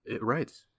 Right